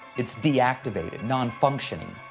it's deactivated, non functioning.